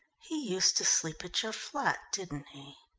he used to sleep at your flat, didn't he?